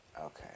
Okay